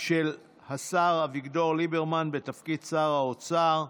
של השר אביגדור ליברמן בתפקיד שר האוצר.